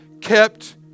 kept